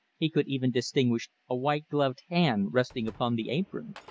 he could even distinguish a white-gloved hand resting upon the apron.